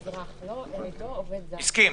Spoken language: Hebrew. הסכים.